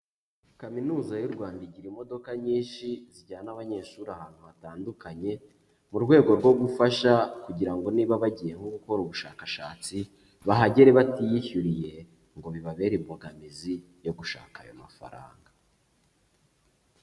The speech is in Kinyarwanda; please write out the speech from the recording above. Kaminuza y'u Rwanda igira imodoka nyinshi, zijyana abanyeshuri ahantu hatandukanye, mu rwego rwo gufasha kugira ngo niba bagiye nko gukora ubushakashatsi bahagere batiyishyuriye ngo bibabere imbogamizi yo gushaka ayo mafaranga.